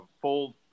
full